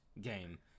game